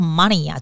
money